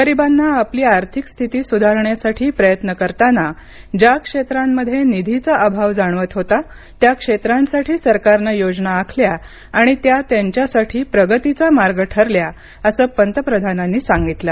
गरिबांना आपली आर्थिक स्थिती सुधारण्यासाठी प्रयत्न करताना ज्या क्षेत्रांमध्ये निधीचा अभाव जाणवत होता त्या क्षेत्रांसाठी सरकारनं योजना आखल्या आणि त्या त्यांच्यासाठी प्रगतीचा मार्ग ठरल्या असं पंतप्रधानांनी सांगितलं